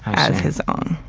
as his own.